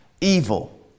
evil